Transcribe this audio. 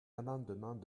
amendement